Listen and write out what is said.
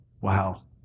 wow